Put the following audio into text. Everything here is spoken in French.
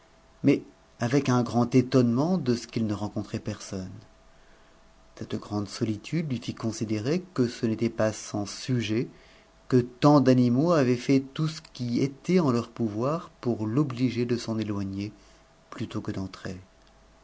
mais avec un grand étonnement de ce qu'il ne rencontrait personne cette grande solitude lui fit considérer que ce n'était pas sans sujet que tant d'animaux avaient fait tout ce qui était en leur pouvoir pour fomiger de s'en éloigner plutôt que d'entrer